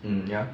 mm ya